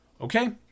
Okay